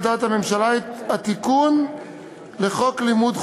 דעת הממשלה את התיקון לחוק לימוד חובה.